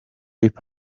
hip